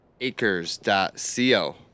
acres.co